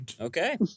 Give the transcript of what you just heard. Okay